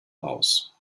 aus